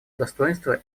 достоинство